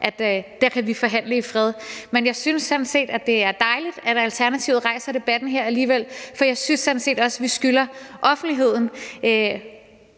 at dér kan vi forhandle i fred. Men jeg synes sådan set, at det er dejligt, at Alternativet alligevel rejser debatten her, for jeg synes også, at vi skylder offentligheden